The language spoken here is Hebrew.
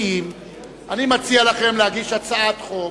אני מציע לכם להגיש הצעת חוק